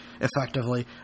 effectively